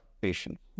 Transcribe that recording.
patient